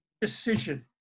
Decision